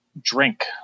drink